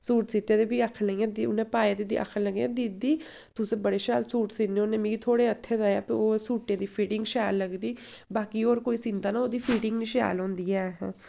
suit सीते ते भी आखन लगियां दी उ'नें पाए ते भी आखन लगे दीदी तुस बड़े शैल सूट सीने होन्नें मिगी थुआढ़े हत्थैं दे ओह् सूटै दी फिटिंग शैल लगदी बाकी होर कोई सींदा ना ओह्दी फिटिंग निं शैल होंदी ऐ